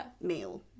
meal